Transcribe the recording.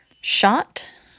shot